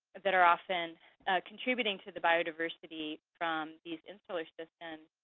that are often contributing to the biodiversity from these insular systems,